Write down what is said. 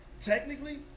Technically